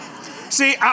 See